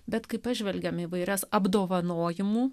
bet kai pažvelgiame į įvairias apdovanojimų